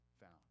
found